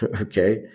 Okay